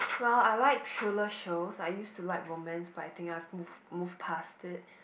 well I like thriller shows I used to like romance but I think I've I moved moved passed it